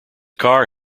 car